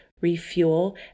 refuel